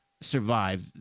survive